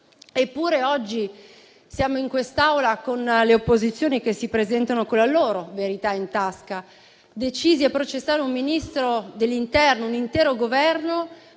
Eppure, oggi siamo in quest'Aula con le opposizioni che si presentano con la loro verità in tasca, decise a processare un Ministro dell'interno e un intero Governo